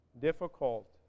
difficult